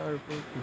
আৰু